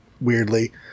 weirdly